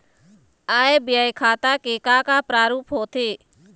आय व्यय खाता के का का प्रारूप होथे?